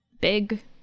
big